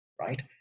right